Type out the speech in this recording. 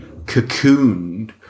cocooned